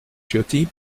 ciotti